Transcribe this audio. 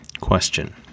Question